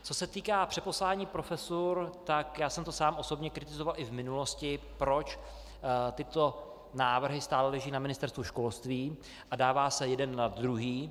Co se týká přeposlání profesur, já jsem to sám osobně kritizoval i v minulosti, proč tyto návrhy stále leží na Ministerstvu školství a dává se jeden na druhý.